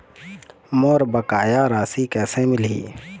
मोर बकाया राशि कैसे मिलही?